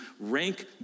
rank